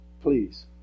please